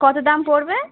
কত দাম পড়বে